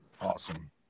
Awesome